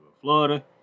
Florida